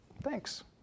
Thanks